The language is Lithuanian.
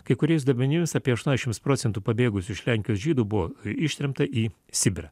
kai kuriais duomenims apie aštuoniasdešims procentų pabėgusių iš lenkijos žydų buvo ištremta į sibirą